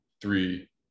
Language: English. three